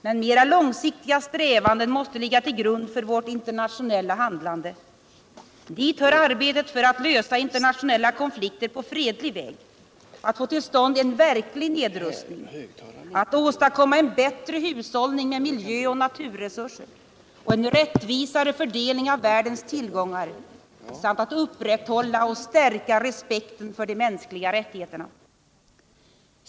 Men mera långsiktiga strävanden måste ligga till grund för vårt internationella handlande. Dit hör arbetet för att lösa internationella konflikter på fredlig väg, att få till stånd en verklig nedrustning, att åstadkomma en bättre hushållning med miljö och naturresurser och en rättvisare fördelning av världens tillgångar samt att upprätthålla och stärka respekten för de mänskliga rättigheterna.